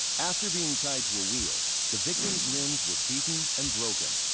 after being tied to a, wheel the victim's limbs were beaten and broken,